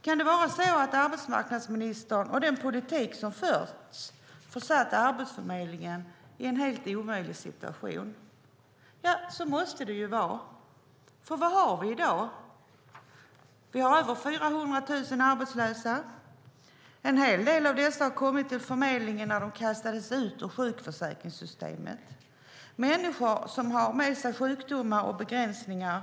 Kan det vara så att arbetsmarknadsministern och den politik som har förts har försatt Arbetsförmedlingen i en helt omöjlig situation? Så måste det vara, för vad har vi i dag? Vi har över 400 000 arbetslösa. En hel del av dessa har kommit till förmedlingen när de kastades ut ur sjukförsäkringssystemet. Det är människor som har med sig sjukdomar och begränsningar.